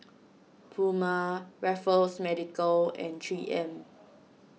Puma Raffles Medical and three M